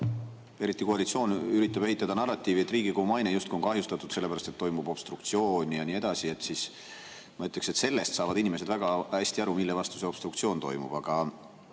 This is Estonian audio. et eriti koalitsioon üritab ehitada narratiivi, justkui oleks Riigikogu maine kahjustatud sellepärast, et toimub obstruktsioon ja nii edasi. Ma ütleksin, et sellest saavad inimesed väga hästi aru, mille vastu see obstruktsioon toimub.